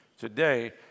Today